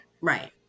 Right